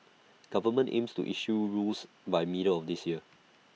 government aims to issue rules by middle of this year